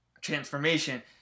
transformation